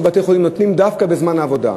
בתי-החולים ניתנים דווקא בזמן העבודה.